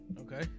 Okay